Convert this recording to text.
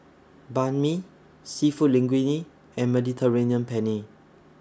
Banh MI Seafood Linguine and Mediterranean Penne